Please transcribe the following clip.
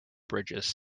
bridges